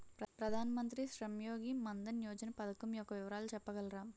ప్రధాన మంత్రి శ్రమ్ యోగి మన్ధన్ యోజన పథకం యెక్క వివరాలు చెప్పగలరా?